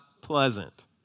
pleasant